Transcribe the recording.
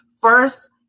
first